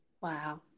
Wow